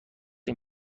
این